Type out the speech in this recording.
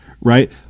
right